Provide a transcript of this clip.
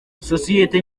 sosiyete